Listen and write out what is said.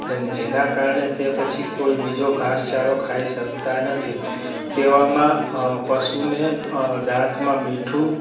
અને જેના કારણે તે પછી કોઈ બીજો ધાસચારો ખાઈ શકતા નથી તેવામાં પશુને દાંતમાં મીઠું